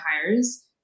hires